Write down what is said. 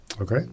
okay